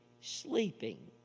Sleeping